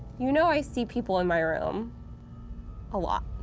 you know i see people in my room a lot,